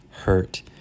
hurt